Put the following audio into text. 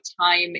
time